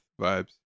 vibes